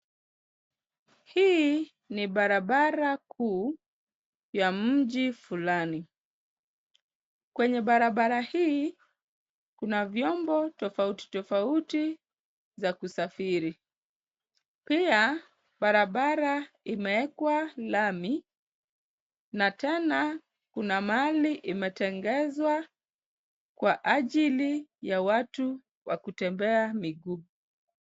Hii ni barabara kuu ya mji fulani. Kwenye barabara hii kuna vyombo tofauti tofauti za kusafiri. Pia barabara imeekwa lami na tena kuna mahali imetengezwa kwa ajili ya watu wa kutembea miguu.